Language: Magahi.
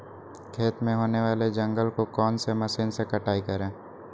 खेत में होने वाले जंगल को कौन से मशीन से कटाई करें?